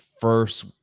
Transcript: first